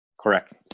correct